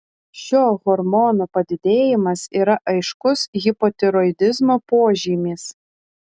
šio hormono padidėjimas yra aiškus hipotiroidizmo požymis